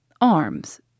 Arms